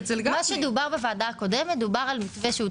אבל דיברתם על זה בישיבה הקודמת בראשות